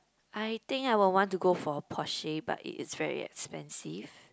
I think I will want to go for a Porsche but it is very expensive